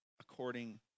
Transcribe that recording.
according